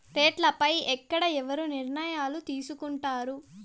రేట్లు పై ఎక్కడ ఎవరు నిర్ణయాలు తీసుకొంటారు?